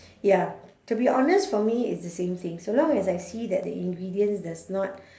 ya to be honest for me it's the same thing so long as I see that the ingredients does not